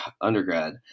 undergrad